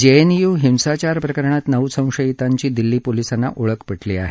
JNU हिंसाचार प्रकरणात नऊ संशयितांची दिल्ली पोलिसांना ओळख पटली आहे